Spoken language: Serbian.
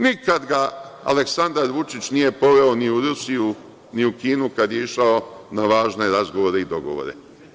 Nikada ga Aleksandar Vučić nije poveo ni u Rusiju, ni u Kinu kada je išao na važne razgovore i dogovore.